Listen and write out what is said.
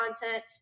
content